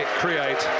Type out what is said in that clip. create